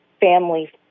family